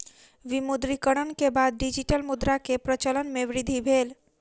विमुद्रीकरण के बाद डिजिटल मुद्रा के प्रचलन मे वृद्धि भेल